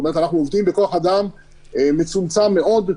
אנחנו עובדים בכוח אדם מצומצם מאוד,